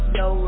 no